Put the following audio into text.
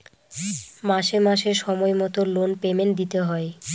মাসে মাসে সময় মতো লোন পেমেন্ট দিতে হয়